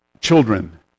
children